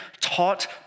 taught